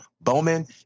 Bowman